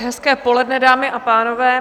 Hezké poledne, dámy a pánové.